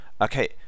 Okay